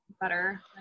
butter